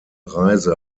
reise